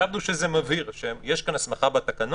יש כל מיני פעילויות